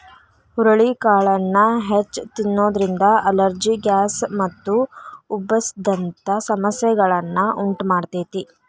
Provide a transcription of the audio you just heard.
ಹುರಳಿಕಾಳನ್ನ ಹೆಚ್ಚ್ ತಿನ್ನೋದ್ರಿಂದ allergy, gas ಮತ್ತು ಉಬ್ಬಸ ದಂತ ಸಮಸ್ಯೆಗಳನ್ನ ಉಂಟಮಾಡ್ತೇತಿ